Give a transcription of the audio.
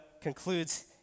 concludes